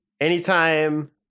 anytime